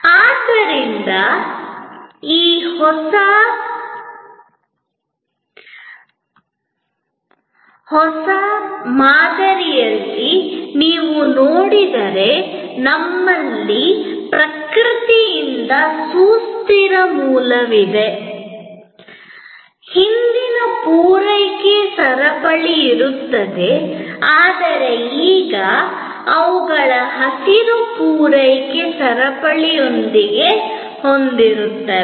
ಈ ಮಾದರಿಯು ಈಗ ನಮ್ಮ ಆರ್ಥಿಕತೆಯ ಹಲವು ಭಾಗಗಳಿಗೆ ಅನುಮತಿ ನೀಡಿದೆ ಮತ್ತು ಮರುಬಳಕೆ ಆಧಾರಿತ ಮರುಬಳಕೆ ಅಥವಾ ಪುನರ್ವಿತರಣೆ ಆಧಾರಿತ ಮರುಬಳಕೆ ಆಧಾರಿತ ಈ ಮಾದರಿಯು ಪ್ರಕೃತಿಯಿಂದ ತೆಗೆದುಕೊಳ್ಳುವ ಹಿಂದಿನ ಮಾದರಿಗಿಂತ ಉತ್ತಮ ಮಾದರಿಯಾಗಿದೆ ಎಂದು ಹೇಳಲಾಗುತ್ತಿ ಆದ್ದರಿಂದ ಈ ಹೊಸ ಮಾದರಿಯಲ್ಲಿ ನೀವು ನೋಡಿದರೆ ನಮ್ಮಲ್ಲಿ ಪ್ರಕೃತಿಯಿಂದ ಸುಸ್ಥಿರ ಮೂಲವಿದೆ ಹಿಂದಿನ ಪೂರೈಕೆ ಸರಪಳಿ ಇರುತ್ತದೆ ಆದರೆ ಈಗ ಅವುಗಳು ಹಸಿರು ಪೂರೈಕೆ ಸರಪಳಿಯೊಂದಿಗೆ ಹೊಂದಿರುತ್ತವೆ